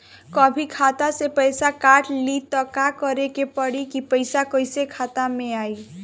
कभी खाता से पैसा काट लि त का करे के पड़ी कि पैसा कईसे खाता मे आई?